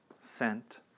scent